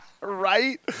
Right